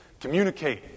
communicate